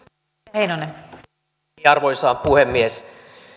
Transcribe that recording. arvoisa puhemies